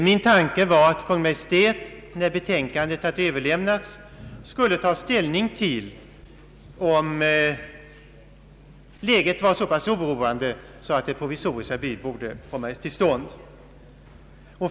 Min tanke var att Kungl. Maj:t, när betänkandet hade överlämnats, skulle ta ställning till om läget var så pass oroande att ett provisoriskt förbud borde komma till stånd.